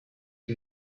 des